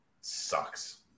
sucks